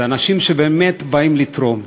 אלה אנשים שבאמת באים לתרום.